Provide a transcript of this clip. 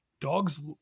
dogs